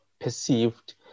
perceived